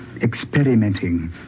experimenting